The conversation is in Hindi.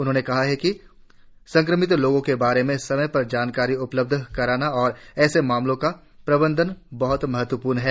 उन्होंने कहा कि संक्रमित लोगों के बारे में समय से जानकारी उपलबध कराना और ऐसे मामलों का प्रबंधन बहत महतवपूर्ण है